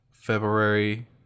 February